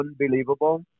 unbelievable